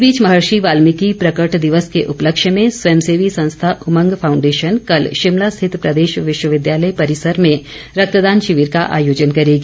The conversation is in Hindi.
इस बीच महर्षि वाल्मीकी प्रकट दिवस के उपलक्ष्य में स्वयं सेवी संस्था उमंग फाउंडेशन कल शिमला स्थित प्रदेश विश्वविद्यालय परिसर में रक्तदान शिविर का आयोजन करेगी